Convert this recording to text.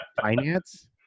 Finance